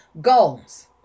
goals